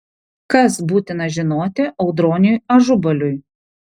kas būtina žinoti audroniui ažubaliui